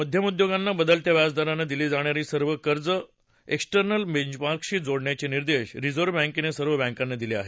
मध्यम उद्योगांना बदलत्या व्याजदरानं दिली जाणारी सर्व कर्जं एक्सटर्नल बेंचमार्कशी जोडण्याचे निर्देश रिझर्व्ह बँकेनं सर्व बँकांना दिले आहेत